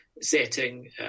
setting